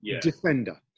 defender